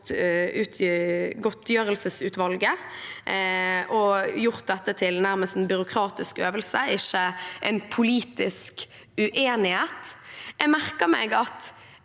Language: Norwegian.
godtgjøringsutvalget og gjort dette nærmest til en byråkratisk øvelse, ikke en politisk uenighet. Jeg merker meg at